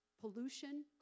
pollution